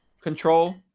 control